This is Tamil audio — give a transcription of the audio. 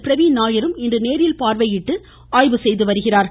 பிரவீன்நாயரும் இன்று நேரில் பார்வையிட்டு ஆய்வு செய்து வருகிறார்கள்